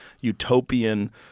utopian